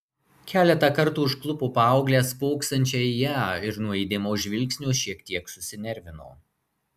keletą kartų užklupo paauglę spoksančią į ją ir nuo įdėmaus žvilgsnio šiek tiek susinervino